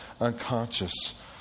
unconscious